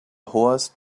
horse